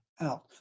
out